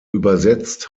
übersetzt